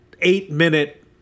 eight-minute